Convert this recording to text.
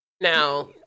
now